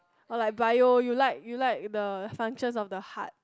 or like bio you like you like the functions of the heart